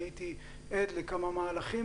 אני הייתי עד לכמה מהלכים,